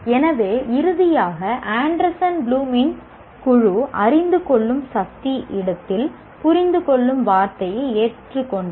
எனவே இறுதியாக ஆண்டர்சன் ப்ளூமின் குழு 'அறிந்துகொள்ளும் சக்தி' இடத்தில் புரிந்துகொள்ளும் வார்த்தையை ஏற்றுக்கொண்டது